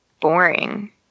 boring